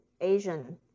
asian